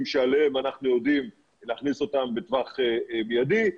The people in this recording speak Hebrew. שאנחנו יודעים להכניס אותם בטווח מיידי,